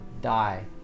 die